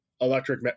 electric